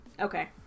Okay